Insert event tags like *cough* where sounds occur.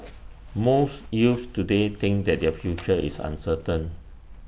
*noise* most youths today think that their future is uncertain